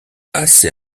assez